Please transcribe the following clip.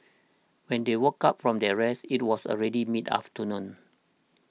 when they woke up from their rest it was already mid afternoon